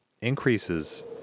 Increases